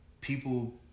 People